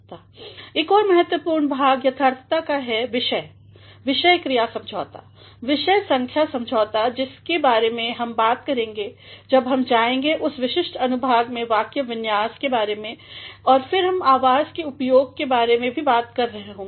एक और महत्वपूर्ण भाग यथार्थता का है विषय क्रिया समझौता विषय संख्या समझौता जिसके बारे में हम बात करेंगे जब हम जाएंगे उस विशिष्ट अनुभाग में वाक्य विन्यास के बारे में और फिर हम आवाज़ के उपयोग के बारे में भी बात कर रहे होंगे